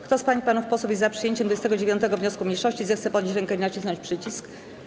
Kto z pań i panów posłów jest za przyjęciem 29. wniosku mniejszości, zechce podnieść rękę i nacisnąć przycisk.